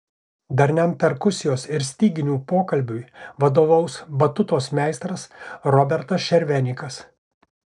darniam perkusijos ir styginių pokalbiui vadovaus batutos meistras robertas šervenikas